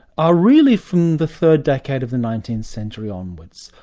are really from the third decade of the nineteenth century onwards.